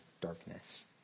darkness